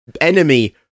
enemy